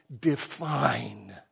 define